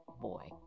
boy